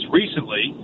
recently